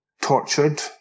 tortured